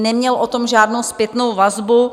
Neměl o tom žádnou zpětnou vazbu.